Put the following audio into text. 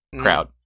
crowd